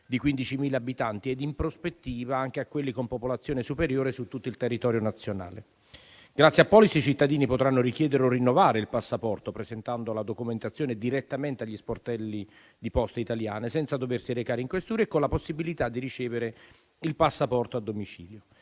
di 15.000 abitanti ed in prospettiva anche a quelli con popolazione superiore su tutto il territorio nazionale. Grazie al progetto Polis i cittadini potranno richiedere o rinnovare il passaporto, presentando la documentazione direttamente agli sportelli di Poste Italiane, senza doversi recare in questura e con la possibilità di ricevere il passaporto a domicilio.